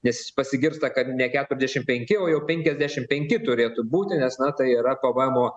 nes pasigirsta kad ne keturiasdešimt penki o jau penkiasdešimt penki turėtų būti nes na tai yra pvmo